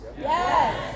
Yes